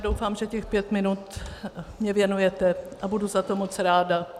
Doufám, že mi těch pět minut věnujete, a budu za to moc ráda.